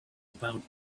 about